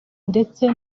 ndetse